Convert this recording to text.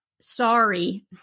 Sorry